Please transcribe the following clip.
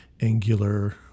angular